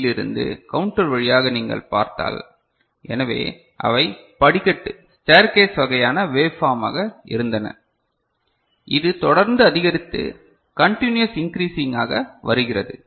C யிலிருந்து counter வழியாக நீங்கள் பார்த்தால் எனவே அவை படிக்கட்டு ஸ்டேர்கேஸ் வகையான வேவ் பார்மாக இருந்தன இது தொடர்ந்து அதிகரித்து கண்டினுயஸ் இன்க்ரீசிங் ஆக வருகிறது